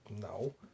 No